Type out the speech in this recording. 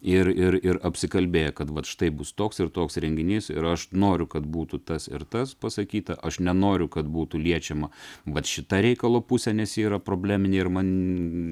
ir ir ir apsikalbėję kad vat štai bus toks ir toks renginys ir aš noriu kad būtų tas ir tas pasakyta aš nenoriu kad būtų liečiama vat šita reikalo pusė nes ji yra probleminė ir man